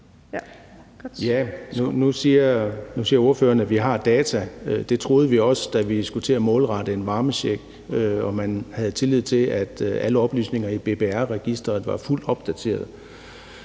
Nu siger ordføreren, at vi har data. Det troede vi også vi havde, da vi skulle til at målrette en varmecheck, og man havde også tillid til, at alle oplysninger i BBR-registeret var fuldt opdateret,